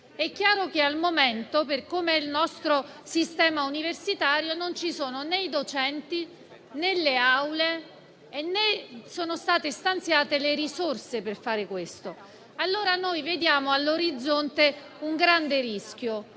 È chiaro che al momento - per come è il nostro sistema universitario - non ci sono né i docenti, né le aule, né sono state stanziate le risorse per fare questo. Allora, noi vediamo all'orizzonte un grande rischio